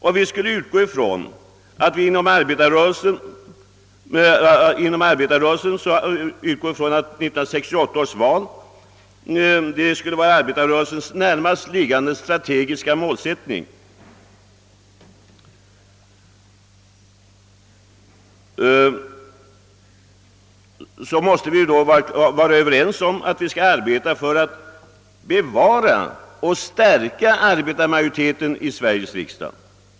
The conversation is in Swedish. Om vi inom arbetarrörelsen utgår från att 1968 års val är arbetarrörelsens närmast liggande strategiska målsättning, så måste vi vara överens om att vi skall arbeta för att bevara och stärka arbetarmajoriteten i Sveriges riksdag.